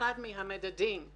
כאחד מהמדדים.